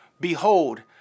Behold